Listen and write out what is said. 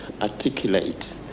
articulate